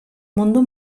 mundu